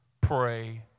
pray